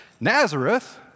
Nazareth